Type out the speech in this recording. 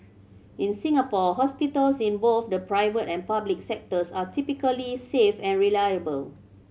in Singapore hospitals in both the private and public sectors are typically safe and reliable